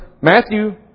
Matthew